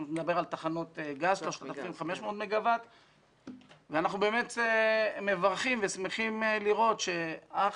מדבר על תחנות גז ואנחנו באמת מברכים ושמחים לראות שאך